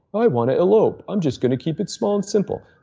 i want to elope. i am just going to keep it small and simple.